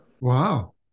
Wow